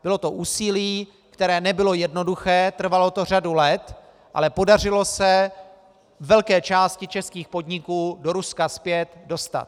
Bylo to úsilí, které nebylo jednoduché, trvalo to řadu let, ale podařilo se velké části českých podniků do Ruska zpět dostat.